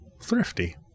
thrifty